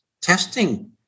testing